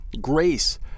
grace